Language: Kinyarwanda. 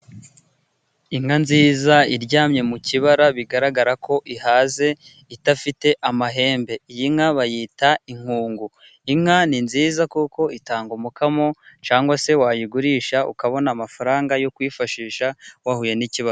Inka nziza iryamye mu kibara, bigaragara ko ihaze, idafite amahembe. Iyi nka bayita inkungu. Inka ni nziza kuko itanga umukamo, cyangwa se wayigurisha ukabona amafaranga yo kwifashisha, wahuye n'ikibazo.